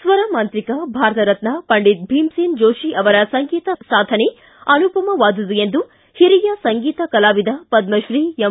ಸ್ವರ ಮಾಂತ್ರಿಕ ಭಾರತ ರತ್ನ ಪಂಡಿತ ಭೀಮಸೇನ್ ಜೋಶಿ ಅವರ ಸಂಗೀತ ಸಾಧನೆ ಅನುಪಮ ವಾದುದು ಎಂದು ಹಿರಿಯ ಸಂಗೀತ ಕಲಾವಿದ ಪದ್ಮಶ್ರೀ ಎಂ